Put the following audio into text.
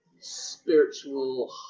spiritual